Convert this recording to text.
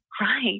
right